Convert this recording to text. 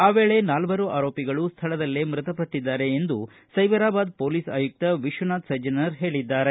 ಆ ವೇಳೆ ನಾಲ್ವರು ಆರೋಪಿಗಳು ಸ್ಥಳದಲ್ಲೇ ಮೃತಪಟ್ಟದ್ದಾರೆ ಎಂದು ಸೈಬರಾಬಾದ್ ಪೊಲೀಸ್ ಆಯುಕ್ತ ವಿಶ್ವನಾಥ್ ಸಜ್ಜನರ್ ಹೇಳಿದ್ದಾರೆ